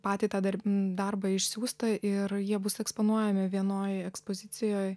patį tą darb darbą išsiųstą ir jie bus eksponuojami vienoj ekspozicijoj